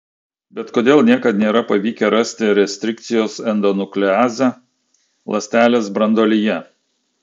bet kodėl niekad nėra pavykę rasti restrikcijos endonukleazę ląstelės branduolyje